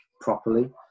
properly